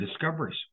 discoveries